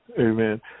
Amen